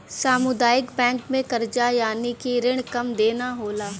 सामुदायिक बैंक में करजा यानि की रिण कम देना होला